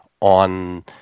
on